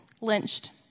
lynched